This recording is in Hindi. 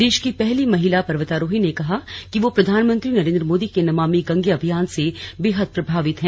देश की पहली महिला पर्वतारोही ने कहा कि वो प्रधानमंत्री नरेंद्र मोदी के नमामि गंगे अभियान से बेहद प्रभावित हैं